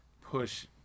push